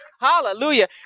Hallelujah